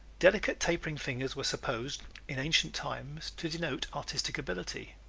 delicate tapering fingers were supposed in ancient times to denote artistic ability.